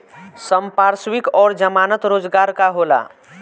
संपार्श्विक और जमानत रोजगार का होला?